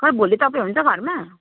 खै भोलि तपाईँ हुन्छ घरमा